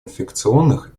инфекционных